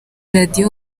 radiyo